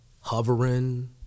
Hovering